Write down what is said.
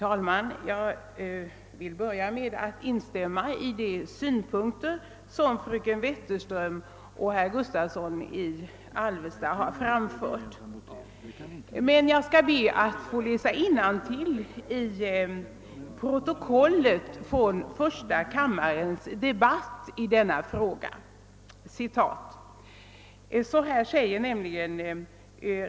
Herr talman! Jag vill instämma i de synpunkter som fröken Wetterström och herr Gustavsson i Alvesta har framfört. Jag skall be att få läsa innantill ur protokollet från första kammarens debatt i denna fråga.